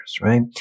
right